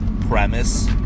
premise